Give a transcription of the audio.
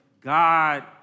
God